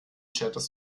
chattest